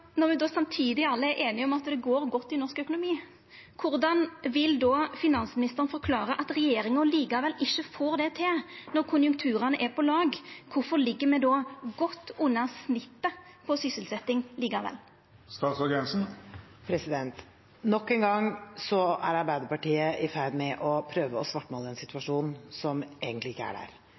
Når me samtidig alle er einige om at det går godt i norsk økonomi, korleis vil då finansministeren forklara at regjeringa likevel ikkje får det til når konjunkturane er på lag? Kvifor ligg me då godt under snittet på sysselsetjing likevel? Nok en gang er Arbeiderpartiet i ferd med å prøve å snakke om en situasjon som egentlig ikke er der.